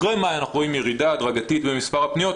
אחרי מאי אנחנו רואים ירידה הדרגתית במספר הפניות,